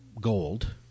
gold